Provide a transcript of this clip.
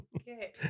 Okay